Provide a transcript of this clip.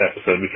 episode